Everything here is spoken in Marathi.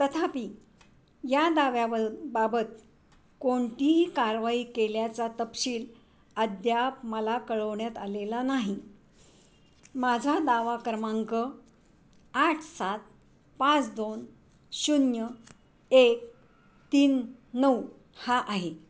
तथापि या दाव्या बाबत कोणतीही कारवाई केल्याचा तपशील अद्याप मला कळवण्यात आलेला नाही माझा दावा क्रमांक आठ सात पाच दोन शून्य एक तीन नऊ हा आहे